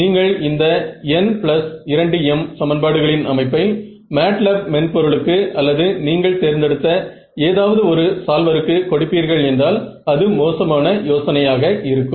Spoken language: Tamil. நீங்கள் இந்த n2m சமன்பாடுகளின் அமைப்பை மேட்லேப் மென்பொருளுக்கு அல்லது நீங்கள் தேர்ந்தெடுத்த ஏதாவது ஒரு சால்வருக்கு கொடுப்பீர்கள் என்றால் அது மோசமான யோசனையாக இருக்கும்